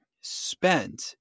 spent